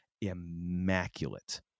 immaculate